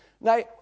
Now